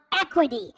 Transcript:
equity